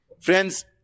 Friends